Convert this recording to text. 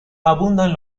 abundan